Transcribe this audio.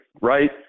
right